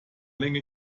länge